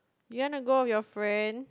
you wanna go with your friend